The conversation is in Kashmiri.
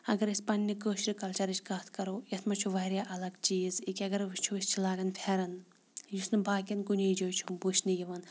اگر أسۍ پنٛنہِ کٲشرِ کَلچَرٕچ کَتھ کَرو یَتھ چھُ واریاہ الگ چیٖز ییٚکیٛاہ اگر وٕچھو أسۍ چھِ لاگان پھٮ۪رَن یُس نہٕ باقٕیَن کُنی جاے چھُ وٕچھنہٕ یِوان